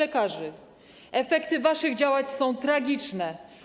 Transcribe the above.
Efekty waszych działań są tragiczne.